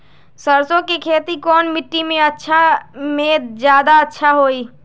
सरसो के खेती कौन मिट्टी मे अच्छा मे जादा अच्छा होइ?